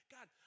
God